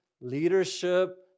leadership